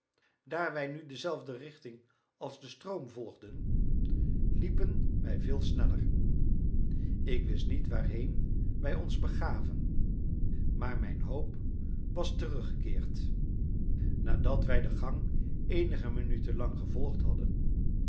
daar wij nu dezelfde richting als de stroom volgden liepen wij veel sneller ik wist niet waarheen wij ons begaven maar mijn hoop was teruggekeerd nadat wij de gang eenige minuten lang gevolgd